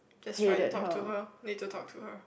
just try to talk to her need to talk to her